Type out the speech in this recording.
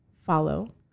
Follow